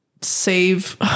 save